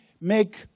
make